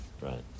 Right